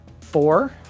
Four